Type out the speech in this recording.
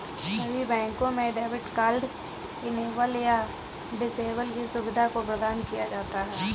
सभी बैंकों में डेबिट कार्ड इनेबल या डिसेबल की सुविधा को प्रदान किया जाता है